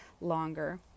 longer